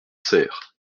serres